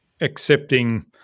accepting